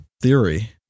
theory